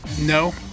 No